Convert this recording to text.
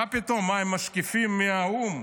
מה פתאום, מה, הם משקיפים מהאו"ם?